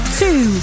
two